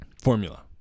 formula